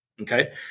okay